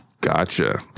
Gotcha